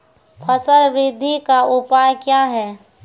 फसल बृद्धि का उपाय क्या हैं?